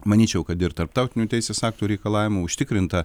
manyčiau kad ir tarptautinių teisės aktų reikalavimų užtikrinta